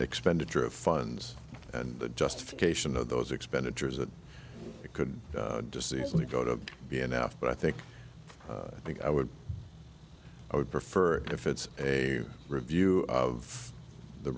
expenditure of funds and justification of those expenditures that could just go to be enough but i think i think i would i would prefer if it's a review of the